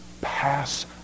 pass